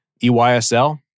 EYSL